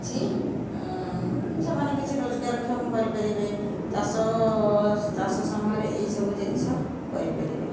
କିଛି ସେମାନେ କିଛି ରୋଜଗାର କ୍ଷମ କରିପାରିବେ ଚାଷ ଚାଷ ସମୟରେ ଏହି ସବୁ ଜିନିଷ କରିପାରିବେ